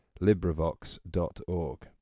LibriVox.org